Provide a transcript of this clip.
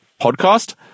podcast